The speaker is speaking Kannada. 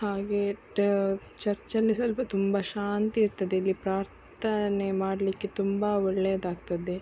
ಹಾಗೆ ಟ ಚರ್ಚಲ್ಲಿ ಸ್ವಲ್ಪ ತುಂಬಾ ಶಾಂತಿ ಇರ್ತದೆ ಇಲ್ಲಿ ಪ್ರಾರ್ಥನೆ ಮಾಡಲಿಕ್ಕೆ ತುಂಬಾ ಒಳ್ಳೆದಾಗ್ತದೆ